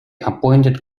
appointed